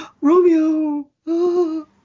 Romeo